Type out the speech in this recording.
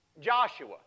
Joshua